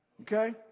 Okay